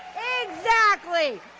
exactly,